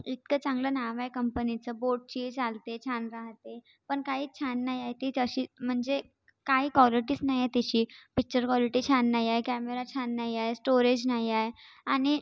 इतकं चांगलं नाव आहे कंपनीचं बोटची चालते छान राहते पण काही छान नाही आहे ती तशी म्हणजे काही कॉलटीच नाही आहे तिची पिच्चर कॉलटी छान नाही आहे कॅमेरा छान नाही आहे स्टोरेज नाही आहे आणि